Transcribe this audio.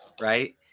right